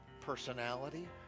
personality